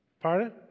Pardon